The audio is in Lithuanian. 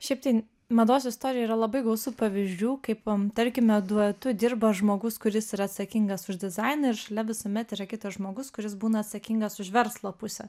šiaip tai mados istorijoj yra labai gausu pavyzdžių kaip tarkime duetu dirba žmogus kuris yra atsakingas už dizainą ir šalia visuomet yra kitas žmogus kuris būna atsakingas už verslo pusę